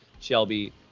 Shelby